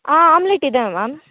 ಆ ಆಮ್ಲೆಟ್ ಇದೆ ಮ್ಯಾಮ್